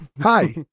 hi